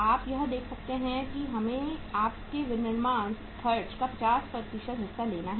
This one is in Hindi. आप यह देख सकते हैं कि हमें आपके विनिर्माण खर्च का 50 हिस्सा लेना है